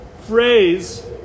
phrase